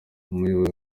umuyobozi